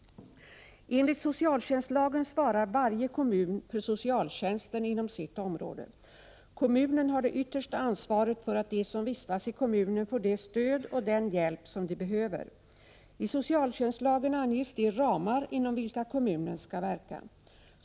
Enligt socialtjänstlagen svarar varje kommun för socialtjänsten inom sitt område. Kommunen har det yttersta ansvaret för att de som vistas i kommunen får det stöd och den hjälp som de behöver. I socialtjänstlagen anges de ramar inom vilka kommunen skall verka.